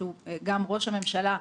שהוא גם ראש הממשלה,